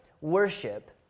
worship